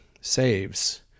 saves